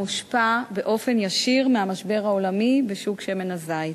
מושפע באופן ישיר מהמשבר העולמי בשוק שמן הזית.